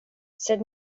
sed